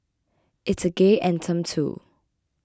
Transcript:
it's a gay anthem too